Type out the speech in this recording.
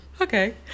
okay